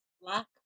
black